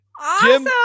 Awesome